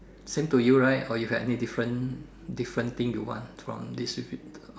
same to you right or you had any different different thing you want from this